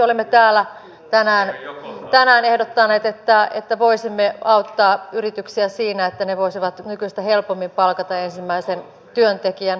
olemme esimerkiksi täällä tänään ehdottaneet että voisimme auttaa yrityksiä siinä että ne voisivat nykyistä helpommin palkata ensimmäisen työntekijän